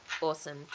Awesome